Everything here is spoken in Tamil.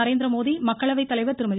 நரேந்திரமோடி மக்களவை தலைவர் திருமதி